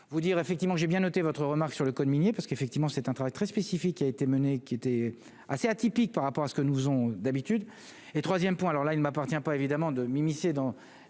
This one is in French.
vous dire effectivement, j'ai bien noté votre remarque sur le code minier parce qu'effectivement, c'est un travail très spécifique qui a été menée qui était assez atypique par rapport à ce que nous faisons d'habitude et 3ème point, alors là, il ne m'appartient pas, évidemment, de m'immiscer dans